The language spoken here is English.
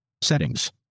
settings